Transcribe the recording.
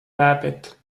babbitt